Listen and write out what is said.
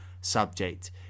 subject